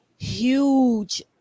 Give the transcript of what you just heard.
huge